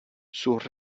sus